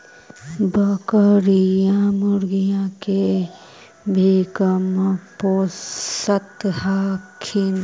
बकरीया, मुर्गीया के भी कमपोसत हखिन?